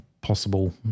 possible